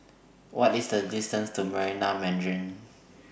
What IS The distance to Marina Mandarin